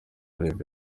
rev